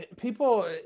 people